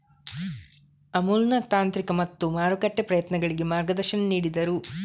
ಅಮುಲ್ನ ತಾಂತ್ರಿಕ ಮತ್ತು ಮಾರುಕಟ್ಟೆ ಪ್ರಯತ್ನಗಳಿಗೆ ಮಾರ್ಗದರ್ಶನ ನೀಡಿದರು